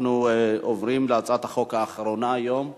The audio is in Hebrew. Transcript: אנחנו עוברים להצעת החוק האחרונה היום בסדר-היום,